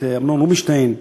את אמנון רובינשטיין,